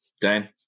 Dan